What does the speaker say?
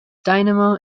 dynamo